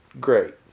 great